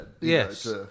Yes